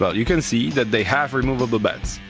but you can see that they have removable beds,